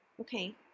Okay